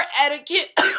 etiquette